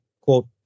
quote